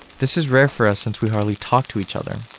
this is rare for us since we hardly talk to each other,